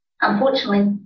Unfortunately